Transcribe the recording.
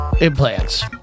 Implants